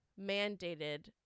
mandated